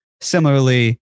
similarly